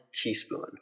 teaspoon